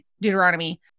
Deuteronomy